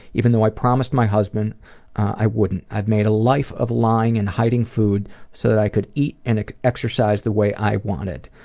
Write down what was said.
even though i promised my husband i wouldn't. i've made a life of lying and hiding food so that i could eat and exercise the way i've wanted.